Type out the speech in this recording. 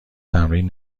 تمرین